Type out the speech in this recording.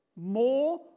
More